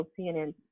cnn